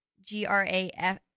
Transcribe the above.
g-r-a-f